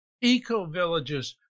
eco-villages